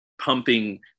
pumping